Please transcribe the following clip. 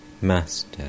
Master